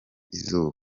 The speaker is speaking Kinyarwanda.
izuba